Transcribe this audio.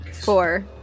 Four